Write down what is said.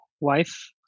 wife